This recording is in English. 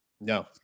No